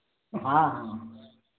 हाँ हाँ